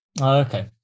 Okay